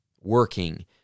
working